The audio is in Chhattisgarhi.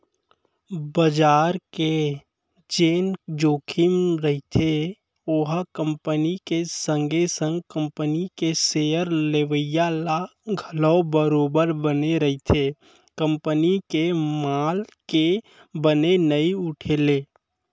बजार के जेन जोखिम रहिथे ओहा कंपनी के संगे संग कंपनी के सेयर लेवइया ल घलौ बरोबर बने रहिथे कंपनी के माल के बने नइ उठे ले